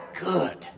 good